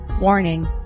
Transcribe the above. Warning